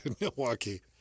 Milwaukee